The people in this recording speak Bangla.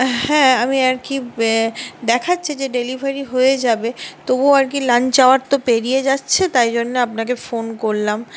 হ্যাঁ আমি আর কি দেখাচ্ছে যে ডেলিভারি হয়ে যাবে তবুও আর কি লাঞ্চ আওয়ার তো পেড়িয়ে যাচ্ছে তাই জন্য আপনাকে ফোন করলাম